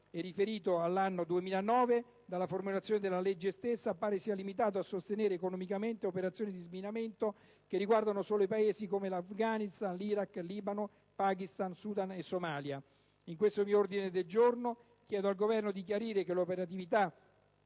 e riferito all'anno 2009, dalla formulazione della legge stessa pare sia limitato a sostenere economicamente operazioni di sminamento che riguardano solo i Paesi come l'Afghanistan, l'Iraq, il Libano, il Pakistan, il Sudan e la Somalia. In questo mio ordine del giorno chiedo al Governo di chiarire che l'operatività